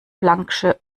plancksche